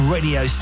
Radio